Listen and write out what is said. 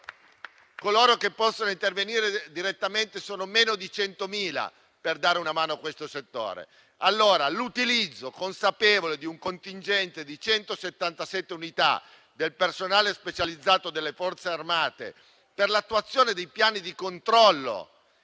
Coloro che possono intervenire direttamente sono meno di 100.000 per dare una mano a questo settore. Allora con l'utilizzo consapevole di un contingente specializzato di 177 unità del personale delle Forze armate per l'attuazione dei piani di controllo